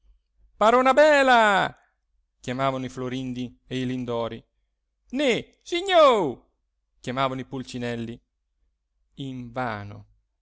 parona bela chiamavano i florindi e i lindori neh signo chiamavano i pulcinelli invano